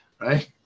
right